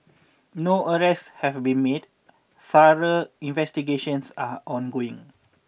no arrests have been made thorough investigations are ongoing